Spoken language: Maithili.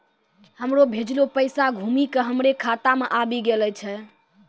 हमरो भेजलो पैसा घुमि के हमरे खाता मे आबि गेलो छै